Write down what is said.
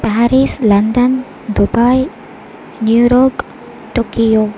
Paris London Dubai New York Tokyo